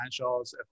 financials